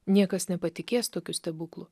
niekas nepatikės tokiu stebuklu